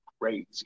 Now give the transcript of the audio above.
crazy